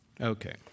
Okay